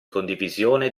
condivisione